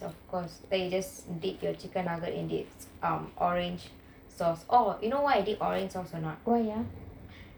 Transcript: of course then you just dip your chicken nugget in the orange sauce oh you know why I did orange sauce a not